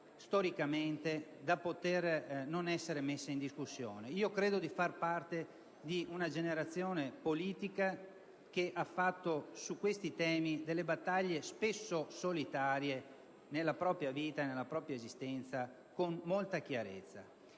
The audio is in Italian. e adamantine da non poter essere messe in discussione. Credo di far parte di una generazione politica che ha fatto su questi temi delle battaglie, spesso solitarie, nella propria esistenza, con molta chiarezza.